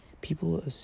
People